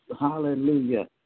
Hallelujah